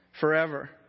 forever